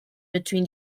between